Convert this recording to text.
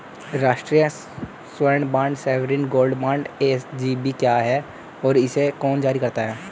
राष्ट्रिक स्वर्ण bond sovereign gold bond SGB क्या है और इसे कौन जारी करता है?